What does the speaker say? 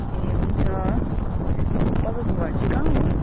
ए हुन्छ तपाईँको घर चाहिँ कहाँ हो